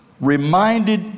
reminded